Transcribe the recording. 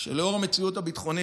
לאור המציאות הביטחונית,